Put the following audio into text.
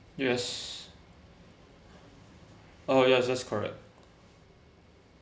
yes oh yes that's correct